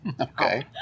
Okay